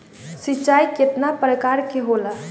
सिंचाई केतना प्रकार के होला?